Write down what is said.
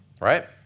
Right